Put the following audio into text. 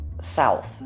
south